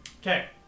Okay